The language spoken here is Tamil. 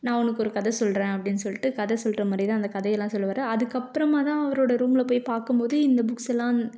நான் உனக்கு ஒரு கதை சொல்லுற அப்படினு சொல்லிட்டு கதை சொல்லுற மாதிரியே தான் அந்த கதையெல்லாம் சொல்லுவாரு அதுக்கப்புறமா தான் அவரோடய ரூம்ல போய் பார்க்கும்மோது இந்த புக்ஸெல்லாம்